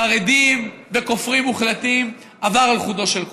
חרדים וכופרים מוחלטים, עבר על חודו של קול.